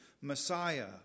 Messiah